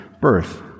birth